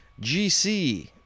GC